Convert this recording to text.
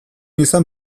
izan